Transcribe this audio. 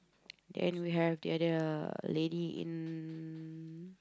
then we have the other lady in